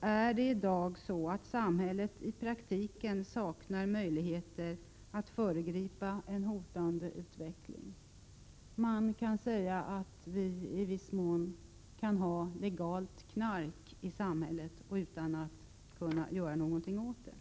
är det i dag så att samhället i praktiken saknar möjligheter att föregripa en hotande utveckling. Vi kan i viss mån ha legalt knark i samhället utan att det går att göra någonting åt det.